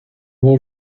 all